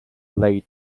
laid